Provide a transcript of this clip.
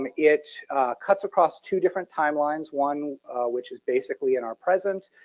um it cuts across two different timelines, one which is basically in our present,